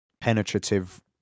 penetrative